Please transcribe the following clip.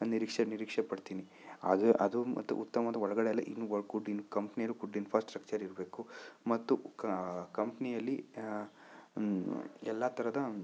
ನಿರೀಕ್ಷೆ ನಿರೀಕ್ಷೆಪಡ್ತೀನಿ ಅದು ಅದು ಮತ್ತು ಉತ್ತಮದ ಒಳಗಡೆ ಎಲ್ಲ ವರ್ಕುಟಿನ್ ಕಂಪ್ನಿ ಇನ್ಫಾಸ್ಟ್ರಕ್ಚರ್ ಇರಬೇಕು ಮತ್ತು ಕಂಪ್ನಿಯಲ್ಲಿ ಎಲ್ಲ ಥರದ